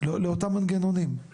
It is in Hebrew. לאותם מנגנונים.